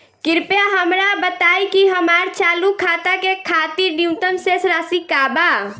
कृपया हमरा बताइ कि हमार चालू खाता के खातिर न्यूनतम शेष राशि का बा